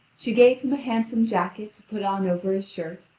she gave him a handsome jacket to put on over his shirt,